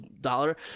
dollar